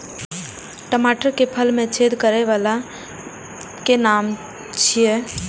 टमाटर के फल में छेद करै वाला के कि नाम छै?